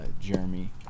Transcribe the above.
Jeremy